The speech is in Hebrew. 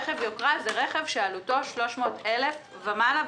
רכב יוקרה הוא רכב שעלותו 300,000 שקל ומעלה,